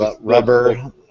rubber